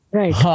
right